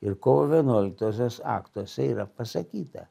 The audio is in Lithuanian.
ir kovo vienuoliktosios aktuose yra pasakyta